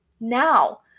now